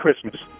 Christmas